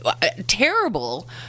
terrible